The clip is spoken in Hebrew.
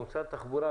או שר התחבורה,